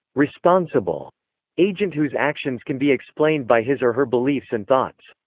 responsible agent whose actions can be explained by his or her beliefs and thoughts.